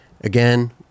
Again